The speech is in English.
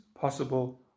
possible